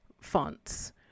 fonts